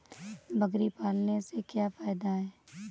बकरी पालने से क्या फायदा है?